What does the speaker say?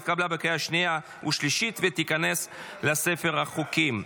התקבלה בקריאה שנייה ושלישית ותיכנס לספר החוקים.